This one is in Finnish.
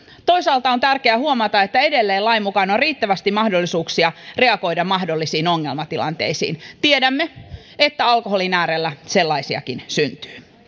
toisaalta on tärkeää huomata että edelleen lain mukaan on riittävästi mahdollisuuksia reagoida mahdollisiin ongelmatilanteisiin tiedämme että alkoholin äärellä sellaisiakin syntyy